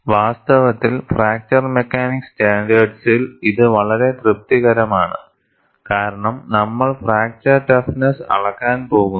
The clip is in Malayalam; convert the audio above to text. വാസ്തവത്തിൽ ഫ്രാക്ചർ മെക്കാനിക്സ് സ്റ്റാൻഡേർഡ്സിൽ ഇത് വളരെ തൃപ്തികരമാണ് കാരണം നമ്മൾ ഫ്രാക്ചർ ടഫ്നെസ്സ് അളക്കാൻ പോകുന്നു